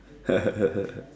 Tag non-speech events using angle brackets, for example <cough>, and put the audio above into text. <laughs>